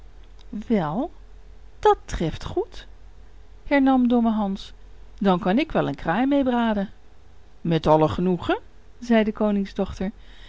wel dat treft goed hernam domme hans dan kan ik wel een kraai mee braden met alle genoegen zei de